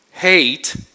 Hate